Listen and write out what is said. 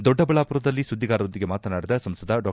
ದೊಡ್ಡ ಬಳ್ಳಾಪುರದಲ್ಲಿ ಸುದ್ದಿಗಾರರೊಂದಿಗೆ ಮಾತನಾಡಿದ ಸಂಸದ ಡಾ